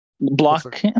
Block